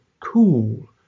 cool